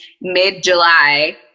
mid-july